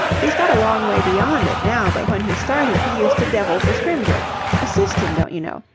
he's got a long way beyond it now, but when he started he used to devil for scrymgeour assist him, don't you know.